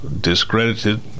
discredited